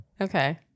okay